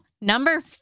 number